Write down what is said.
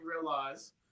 realize